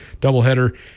doubleheader